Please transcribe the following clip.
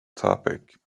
topic